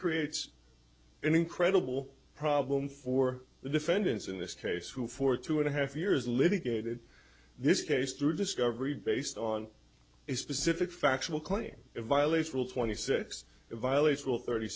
creates an incredible problem for the defendants in this case who for two and a half years litigated this case through discovery based on a specific factual claim violates rule twenty six it violates all thirty